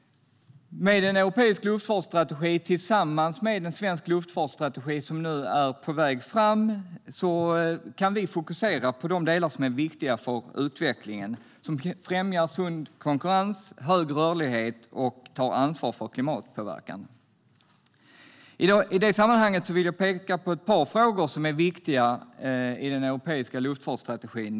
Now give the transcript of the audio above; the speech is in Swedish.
Med en europeisk luftfartsstrategi tillsammans med en svensk luftfartsstrategi, som nu är på väg fram, kan vi fokusera på de delar som är viktiga för en utveckling som främjar sund konkurrens och hög rörlighet samt tar ansvar för klimatpåverkan. I det sammanhanget vill jag peka på ett par frågor som är viktiga i den europeiska luftfartsstrategin.